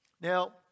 Now